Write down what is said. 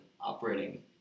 operating